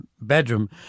bedroom